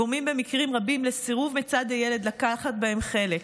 גורמים במקרים רבים לסירוב מצד הילד לקחת בהם חלק.